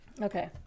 Okay